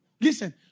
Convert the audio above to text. Listen